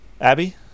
Abby